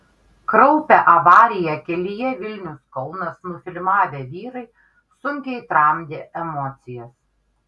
kraupią avariją kelyje vilnius kaunas nufilmavę vyrai sunkiai tramdė emocijas